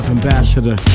Ambassador